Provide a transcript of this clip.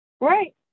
Right